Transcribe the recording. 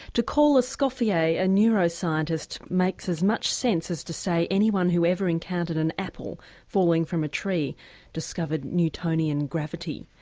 to call escoffier a a neuroscientist makes as much sense as to say anyone who ever encountered an apple falling from a tree discovered newtonian gravity.